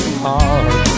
heart